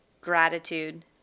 gratitude